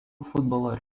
futbolo